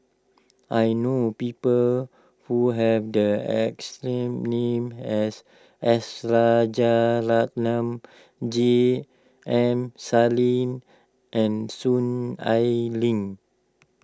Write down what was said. I know people who have the exact name as S Rajaratnam J M Sali and Soon Ai Ling